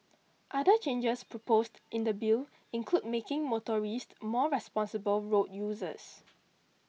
other changes proposed in the Bill include making motorists more responsible road users